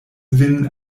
vin